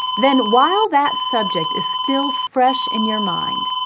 then while that subject is still fresh in your mind,